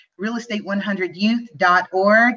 RealEstate100Youth.org